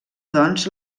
doncs